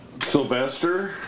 Sylvester